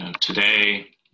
today